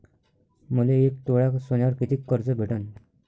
मले एक तोळा सोन्यावर कितीक कर्ज भेटन?